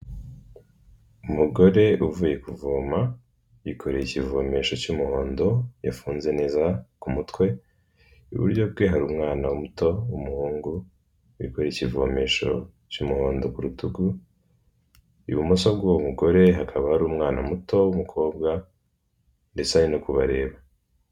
Umugore uvuye kuvoma, yikoreye ikivomesho cy'umuhondo yafunze neza ku mutwe, iburyo bwe hari umwana muto w'umuhungu, wikoreye ikivomesho cy'umuhondo ku rutugu, ibumoso bw'uwo mugore hakaba hari umwana muto w'umukobwa ndetse ari no kubareba.